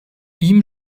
ihm